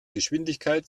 geschwindigkeit